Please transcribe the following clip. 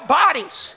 bodies